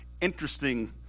interesting